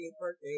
birthday